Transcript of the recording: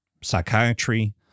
psychiatry